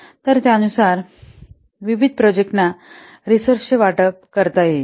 तर त्यानुसार विविध प्रोजेक्टना रिसोर्सचे वाटप करता येईल